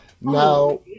now